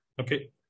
Okay